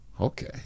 okay